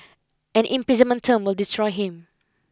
an imprisonment term would destroy him